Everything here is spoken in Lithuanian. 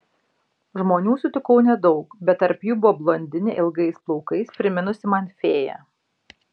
žmonių sutikau nedaug bet tarp jų buvo blondinė ilgais plaukais priminusi man fėją